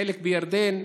חלק בירדן,